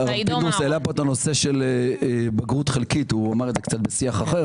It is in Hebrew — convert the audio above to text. פינדרוס העלה את הנושא של בגרות חלקית הוא אמר את זה בשיח אחר.